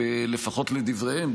לפחות לדבריהם,